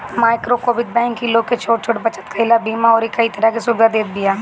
माइक्रोवित्त बैंक इ लोग के छोट छोट बचत कईला, बीमा अउरी कई तरह के सुविधा देत बिया